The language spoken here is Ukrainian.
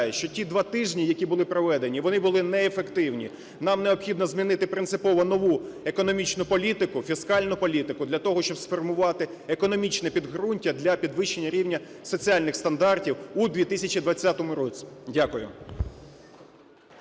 Що ті два тижні, які були проведені, вони були неефективні. Нам необхідно змінити принципово нову економічну політику, фіскальну політику для того, щоб сформувати економічне підґрунтя для підвищення рівня соціальних стандартів у 2020 році. Дякую.